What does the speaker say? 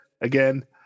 again